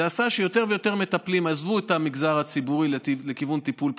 זה עשה שיותר ויותר מטפלים עזבו את המגזר הציבורי לכיוון טיפול פרטי.